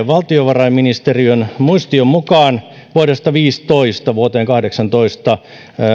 valtiovarainministeriön muistion mukaan kestävyysvaje vuodesta viisitoista vuoteen kahdeksantoista